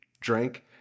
drank